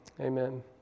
amen